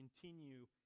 continue